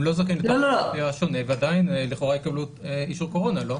הם לא זכאים לתו ירוק ועדיין לכאורה יקבלו אישור קורונה לא?